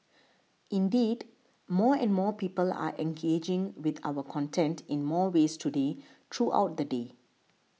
indeed more and more people are engaging with our content in more ways today throughout the day